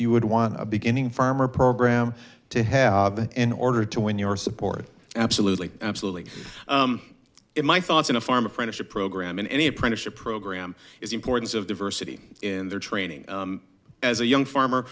you would want a beginning farmer program to have in order to win your support absolutely absolutely in my thoughts in a farm apprenticeship program in any apprenticeship program is importance of diversity in their training as a young farmer